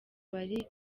bari